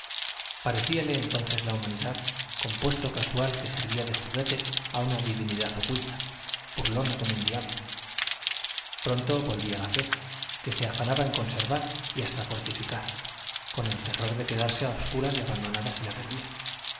parecíale entonces la humanidad compuesto casual que servía de juguete a una divinidad oculta burlona como un diablo pronto volvía la fe que se afanaba en conservar y hasta fortificar con el terror de quedarse a obscuras y abandonada si la